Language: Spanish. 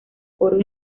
coro